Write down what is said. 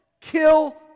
Kill